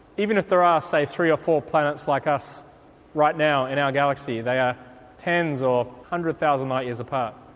even if there are, ah say, three or four planets like us right now in our galaxy, there are tens or hundred thousand light years apart.